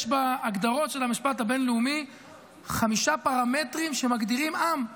יש בהגדרות של המשפט הבין-לאומי חמישה פרמטרים שמגדירים עם: